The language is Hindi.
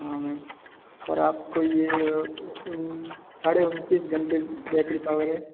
हाँ मैम और आपको ये साढे़ उनतीस घंटे बैटरी पावर है